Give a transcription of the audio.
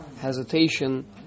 hesitation